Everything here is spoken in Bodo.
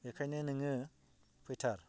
बेखायनो नोङो फैथार